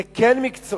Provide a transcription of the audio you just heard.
זה כן מקצועי